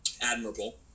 admirable